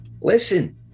Listen